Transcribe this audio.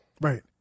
Right